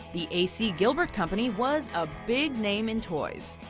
the a c. gilbert company was a big name in toys.